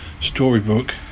storybook